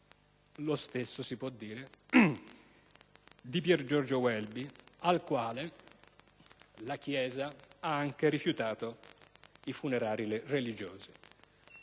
Lo stesso si può dire di Piergiorgio Welby, al quale la Chiesa ha anche rifiutato i funerali religiosi.